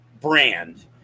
brand